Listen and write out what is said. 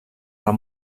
pel